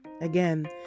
Again